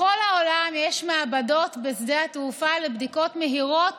בכל העולם יש מעבדות בשדה התעופה לבדיקות מהירות